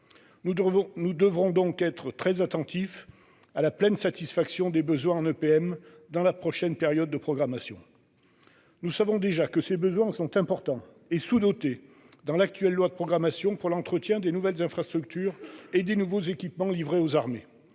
Nous devrons donc être attentifs à la pleine satisfaction des besoins en EPM dans la prochaine période de programmation. Nous savons déjà que ces besoins sont importants et sous-dotés dans l'actuelle loi de programmation pour l'entretien des nouvelles infrastructures et des nouveaux équipements livrés aux armées,